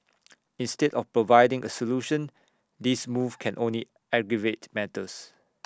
instead of providing A solution this move can only aggravate matters